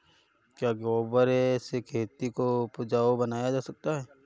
क्या गोबर से खेती को उपजाउ बनाया जा सकता है?